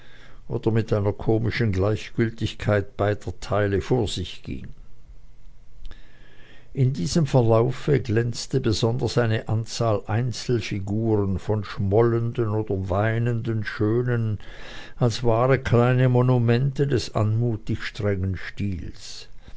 oder mit einer komischen gleichgültigkeit beider teile vor sich ging in diesem verlaufe glänzte besonders eine anzahl einzelfiguren von schmollenden oder weinenden schönen als wahre kleine monumente des anmutig strengen stiles